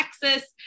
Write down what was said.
Texas